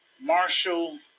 Marshall